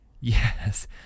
Yes